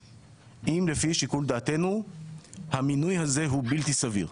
אם לפי שיקול דעתנו המינוי הזה הוא בלתי סביר.